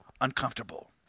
uncomfortable